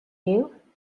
you